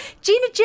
Gina